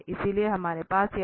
इसलिए हमारे पास यह है